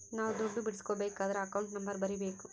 ನಾವ್ ದುಡ್ಡು ಬಿಡ್ಸ್ಕೊಬೇಕದ್ರ ಅಕೌಂಟ್ ನಂಬರ್ ಬರೀಬೇಕು